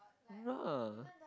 !wah!